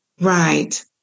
Right